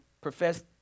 professed